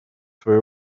свое